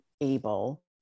able